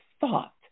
thought